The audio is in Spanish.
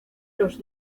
los